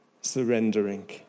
surrendering